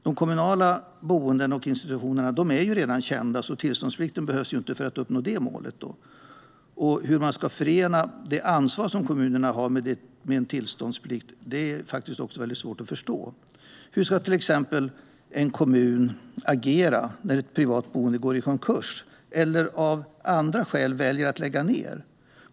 De kommunala boendena och institutionerna är ju redan kända, så tillståndsplikten behövs inte för att uppnå det målet. Hur man ska förena det ansvar som kommunerna har med en tillståndsplikt är också svårt att förstå. Hur ska till exempel en kommun agera när ett privat boende går i konkurs eller av andra skäl väljer att lägga ned?